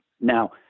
Now